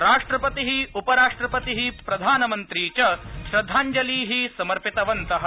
राष्ट्रपतिः उपराष्ट्रपतिः प्रधानमन्त्री च श्रद्धांजलीः समर्पितवन्तः